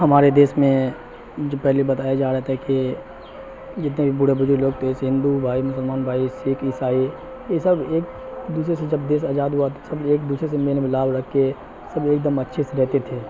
ہمارے دیس میں جو پہلے بتایا جا رہا تھا کے جتنے بھی بوڑھے بزرگ لوگ تھے جیسے ہندو بھائی مسلمان بھائی سکھ عیسائی یہ سب ایک دوسرے سے جب دیس آزاد ہوا تو سب ایک دوسرے سے میل ملاپ رکھ کے سب ایک دم اچھے سے رہتے تھے